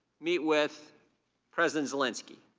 meet with president zelensky.